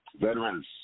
Veterans